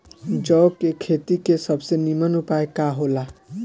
जौ के खेती के सबसे नीमन उपाय का हो ला?